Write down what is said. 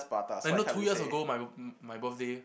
like know two years ago my my birthday